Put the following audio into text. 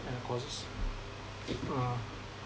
and the courses ah